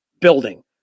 building